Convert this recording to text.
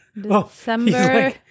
December